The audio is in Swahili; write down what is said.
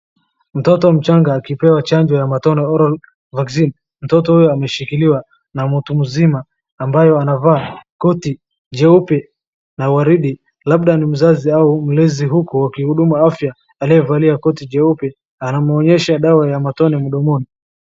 Mtoto mchanga akipewa chanjo ya matone oral vaccine . Mtoto huyo ameshikiliwa na mtu mzima ambayo anavaa koti jeupe na waridi labda ni mzazi au mlezi huku mhudumu wa afya aliyavalia koti jeupe anamuonyesha dawa ya matone mdomoni.